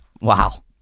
wow